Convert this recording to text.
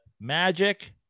Magic